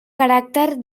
caràcter